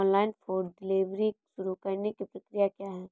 Online food delivery शुरू करने की प्रक्रिया क्या है?